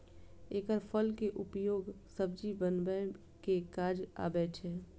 एकर फल के उपयोग सब्जी बनबै के काज आबै छै